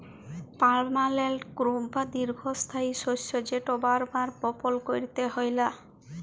permanent crop বা দীঘ্ঘস্থায়ী শস্য যেট বার বার বপল ক্যইরতে হ্যয় লা